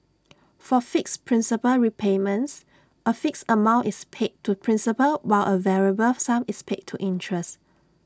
for fixed principal repayments A fixed amount is paid to principal while A variable sum is paid to interest